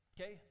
Okay